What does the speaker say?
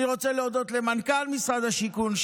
אני רוצה להודות למנכ"ל משרד השיכון,